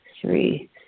three